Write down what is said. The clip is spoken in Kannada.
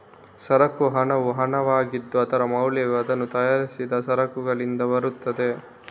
ಸರಕು ಹಣವು ಹಣವಾಗಿದ್ದು, ಅದರ ಮೌಲ್ಯವು ಅದನ್ನು ತಯಾರಿಸಿದ ಸರಕುಗಳಿಂದ ಬರುತ್ತದೆ